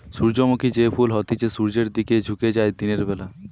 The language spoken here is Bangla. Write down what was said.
সূর্যমুখী যে ফুল হতিছে সূর্যের দিকে ঝুকে যায় দিনের বেলা